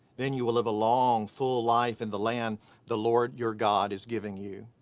then you will live a long, full life in the land the lord your god is giving you.